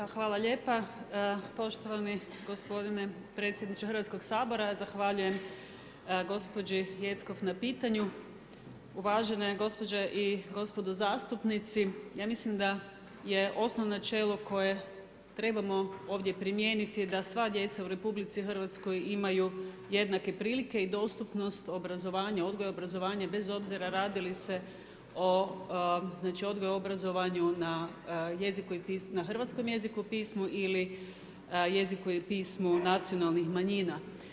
Evo hvala lijepa poštovani gospodine predsjedniče Hrvatskog sabora zahvaljujem gospođi Jeckov na pitanju, uvažene gospođe i gospodo zastupnici ja mislim da je osnovno načelo koje trebamo ovdje primijeniti da sva djeca u RH imaju jednake prilike i dostupnost obrazovanja, odgoja i obrazovanja bez obzira radi li se o, znači odgoju i obrazovanju na jeziku i pismu, na hrvatskom jeziku i pismu ili jeziku i pismu nacionalnih manjina.